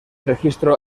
registro